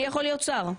אני יכול להיות שר.